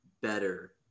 better